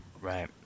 Right